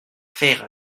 faire